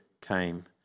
came